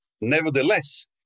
Nevertheless